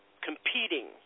competing